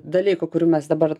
dalykų kurių mes dabar